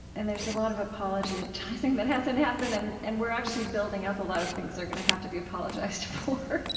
and there's a lot of apologizing that hasn't happened. and and we're actually building up a lot of things that are going to have to be apologized for.